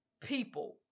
people